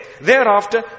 Thereafter